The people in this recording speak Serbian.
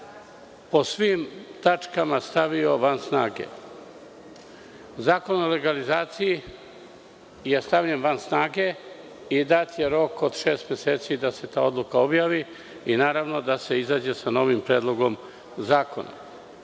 po svim tačkama stavio van snage. Zakon o legalizaciji je stavljen van snage i dat je rok od šest meseci da se ta odluka objavi i naravno da se izađe sa novim predlogom zakona. Ustavni